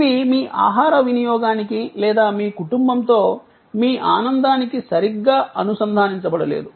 ఇవి మీ ఆహార వినియోగానికి లేదా మీ కుటుంబంతో మీ ఆనందానికి సరిగ్గా అనుసంధానించబడలేదు